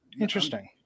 interesting